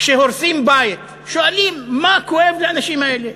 כשהורסים בית, שואלים מה כואב לאנשים האלה.